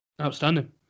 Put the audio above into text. outstanding